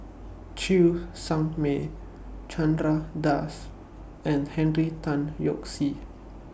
Cheng Tsang Man Chandra Das and Henry Tan Yoke See